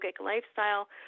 lifestyle